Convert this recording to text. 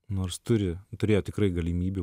nors turi turėjo tikrai galimybių